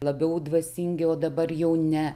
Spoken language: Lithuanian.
labiau dvasingi o dabar jau ne